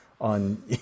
on